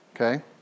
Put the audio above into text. Okay